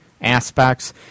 aspects